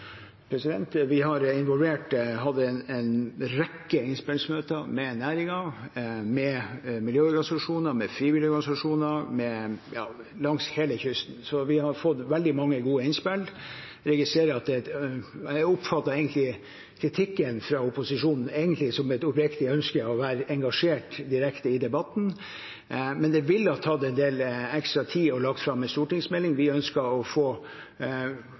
Vi har involvert og hatt en rekke innspillsmøter med næringen, med miljøorganisasjoner og med frivillige organisasjoner langs hele kysten. Vi har fått veldig mange gode innspill. Jeg oppfatter egentlig kritikken fra opposisjonen som et oppriktig ønske om å være direkte engasjert i debatten, men det ville tatt en del ekstra tid å legge fram en stortingsmelding. Vi ønsker å få